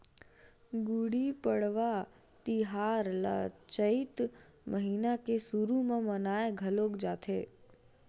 गुड़ी पड़वा तिहार ल चइत महिना के सुरू म मनाए घलोक जाथे